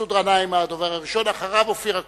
מסעוד גנאים הדובר הראשון, ואחריו, אופיר אקוניס.